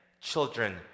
children